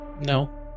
No